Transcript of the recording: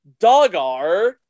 Dogar